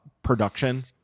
production